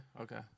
okay